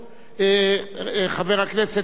חבר הכנסת מוזס,